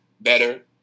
better